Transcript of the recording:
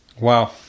Wow